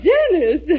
Dennis